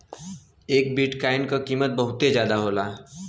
एक बिट्काइन क कीमत बहुते जादा होला